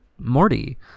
Morty